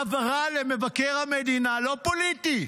העברה למבקר המדינה, לא פוליטי,